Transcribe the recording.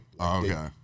Okay